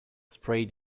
sprayed